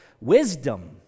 wisdom